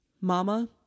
Mama